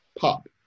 pop